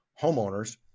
homeowners